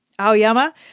Aoyama